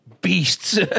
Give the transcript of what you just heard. beasts